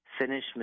finish